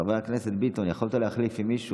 חבר הכנסת יאסר חוג'יראת,